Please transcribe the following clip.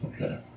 Okay